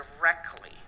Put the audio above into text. directly